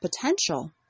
potential